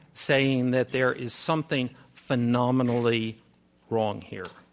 saying that there is something phenomenally wrong here.